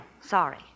Sorry